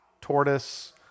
tortoise